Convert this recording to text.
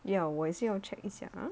ya 我也是要 check 一下 ah